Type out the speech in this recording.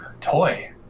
toy